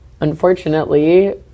unfortunately